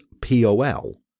POL